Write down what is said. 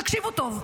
תקשיבו טוב,